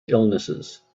illnesses